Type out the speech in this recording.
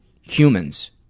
humans